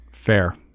fair